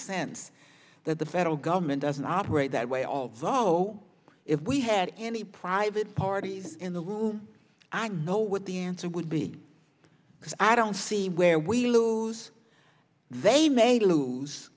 sense that the federal government doesn't operate that way although if we had any private parties in the room i know what the answer would be because i don't see where we lose they made lose